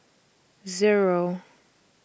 Zero